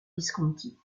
visconti